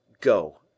Go